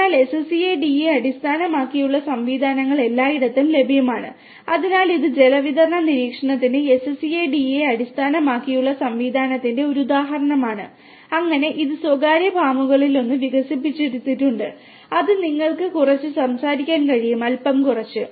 അതിനാൽ SCADA അടിസ്ഥാനമാക്കിയുള്ള സംവിധാനങ്ങൾ എല്ലായിടത്തും ലഭ്യമാണ് അതിനാൽ ഇത് ജലവിതരണ നിരീക്ഷണത്തിന് SCADA അടിസ്ഥാനമാക്കിയുള്ള സംവിധാനത്തിന്റെ ഒരു ഉദാഹരണമാണ് അങ്ങനെ ഇത് സ്വകാര്യ ഫാമുകളിലൊന്ന് വികസിപ്പിച്ചെടുത്തിട്ടുണ്ട് അത് നിങ്ങൾക്ക് കുറച്ച് സംസാരിക്കാൻ കഴിയും അല്പം കുറിച്ച്